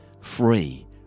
Free